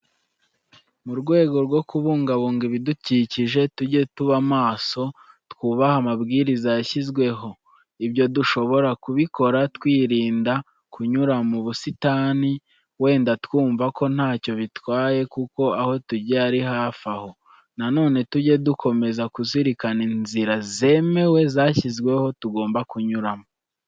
Mu rwego rwo kubungabunga ibidukikije, tuge tuba amaso twubahe amabwiriza yashyizweho. Ibyo dushobora kubikora twirinda kunyura mu busitani, wenda twumva ko ntacyo bitwaye kuko aho tugiye ari hafi aho. Na none tujye dukomeza kuzirikana inzira zemewe zashyizweho tugomba kunyuramo.